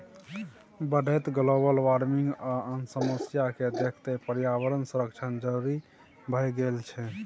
बढ़ैत global warming आ आन समस्या केँ देखैत पर्यावरण संरक्षण जरुरी भए गेल छै